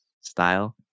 style